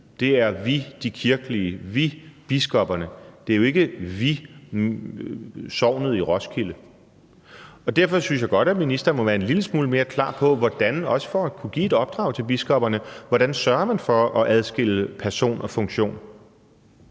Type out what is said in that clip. vi'et er »vi, de kirkelige«, »vi, biskopperne«. Det er jo ikke »vi, sognet i Roskilde«. Og derfor synes jeg godt, at ministeren må være en lille smule mere klar på, også for at kunne give et opdrag til biskopperne, hvordan man sørger for at adskille person og funktion.